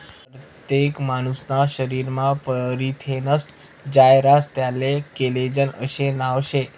परतेक मानूसना शरीरमा परथिनेस्नं जायं रास त्याले कोलेजन आशे नाव शे